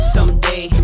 Someday